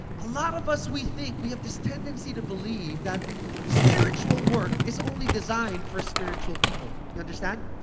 a lot of us we think, we have this tendency to believe that spiritual work is only designed for spiritual people. you understand?